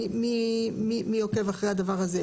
מי עוקב אחרי הדבר הזה?